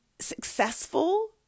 successful